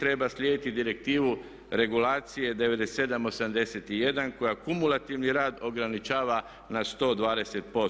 treba slijediti direktivu regulacije 9781. koja kumulativni rad ograničava na 120%